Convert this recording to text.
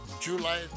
July